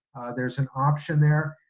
there's an option there.